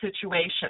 situation